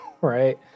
right